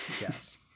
Yes